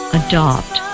adopt